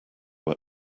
were